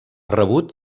rebut